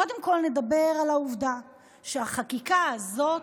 קודם כול, נדבר על העובדה שהחקיקה הזאת,